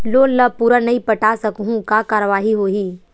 Loan ला पूरा नई पटा सकहुं का कारवाही होही?